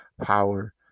power